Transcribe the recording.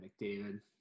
McDavid